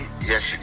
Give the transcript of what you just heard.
Yes